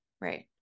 right